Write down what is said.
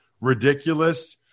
ridiculous